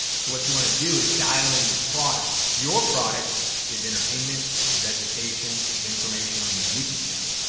so what you wanna do is dial in your product. your product is entertainment, is education, is information on your youtube channel.